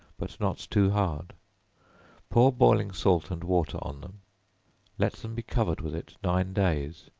but not too hard pour boiling salt and water on them let them be covered with it nine days,